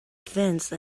fence